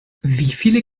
wieviele